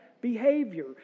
behavior